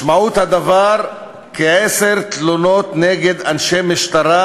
משמעות הדבר היא כעשר תלונות נגד אנשי משטרה